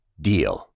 DEAL